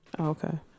Okay